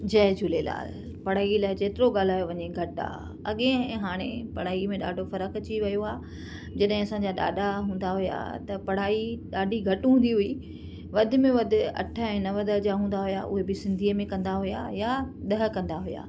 जय झूलेलाल पढ़ाई लाइ जेतिरो ॻाल्हायो वञे घटि आहे अॻिए ऐं हाणे पढ़ाई में ॾाढो फ़रकु अची वियो आहे जॾहिं असांजा ॾाॾा हूंदा हुया त पढ़ाई ॾाढी घटि हूंदी हुई वधि में वधि अठ ऐं नव दर्जा हूंदा हुया हूअ बि सिंधीअ में कंदा हुया ॾह कंदा हुया